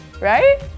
Right